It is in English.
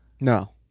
No